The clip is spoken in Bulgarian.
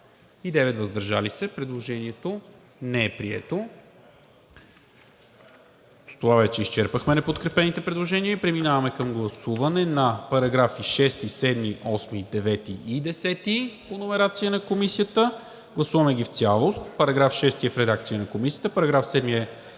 132, въздържали се 9. Предложението не е прието. Изчерпахме неподкрепените предложения и преминаваме към гласуване на параграфи 6, 7, 8, 9 и 10 по номерация на Комисията. Гласуваме ги в цялост: § 6 е в редакция на Комисията; § 7 е по редакция на вносителя;